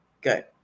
good